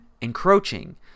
encroaching